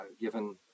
given